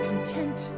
Content